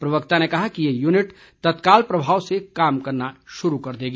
प्रवक्ता ने कहा कि ये यूनिट तत्काल प्रभाव से काम करना शुरू कर देगी